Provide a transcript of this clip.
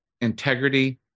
integrity